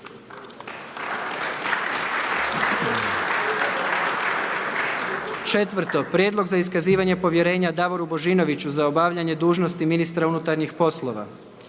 1. Prijedlog za iskazivanje povjerenja Lovri Kuščeviću za obavljanje dužnosti ministra uprave.